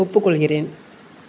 ஒப்புக்கொள்கிறேன்